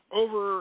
over